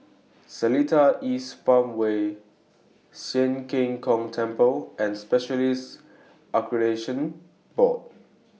Seletar East Farmway Sian Keng Tong Temple and Specialists Accreditation Board